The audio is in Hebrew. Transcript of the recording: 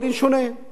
דין אחד ליהודים,